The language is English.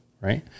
right